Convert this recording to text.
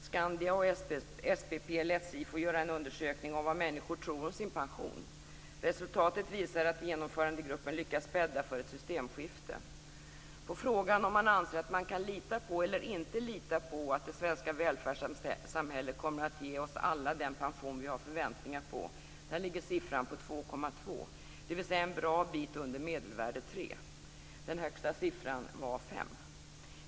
Skandia och SPP lät SIFO göra en undersökning om vad människor tror om sin pension. Resultatet visar att Genomförandegruppen lyckats bädda för ett systemskifte. På frågan om man anser att man kan lita på eller inte lita på att det svenska välfärdssamhället kommer att ge oss alla den pension vi har förväntningar på, ligger siffran på 2,2, dvs. en bra bit under medelvärdet 3. Den högsta siffran var 5.